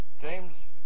James